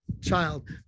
child